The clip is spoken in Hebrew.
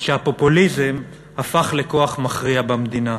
שהפופוליזם הפך לכוח מכריע במדינה,